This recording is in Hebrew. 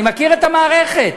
אני מכיר את המערכת,